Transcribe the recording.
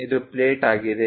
ಇದು ಪ್ಲೇಟ್ ಆಗಿದೆ